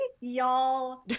y'all